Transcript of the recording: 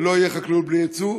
ולא תהיה חקלאות בלי ייצוא,